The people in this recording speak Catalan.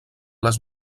les